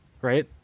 Right